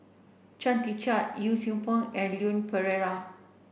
Chia Tee Chiak Yee Siew Pun and Leon Perera